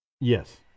Yes